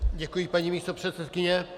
Děkuji, paní místopředsedkyně.